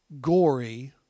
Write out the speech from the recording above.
gory